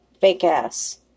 Fake-ass